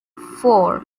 four